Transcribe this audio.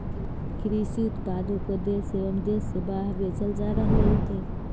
कृषि उत्पादों को देश एवं देश से बाहर बेचल जा रहलइ हे